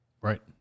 Right